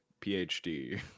phd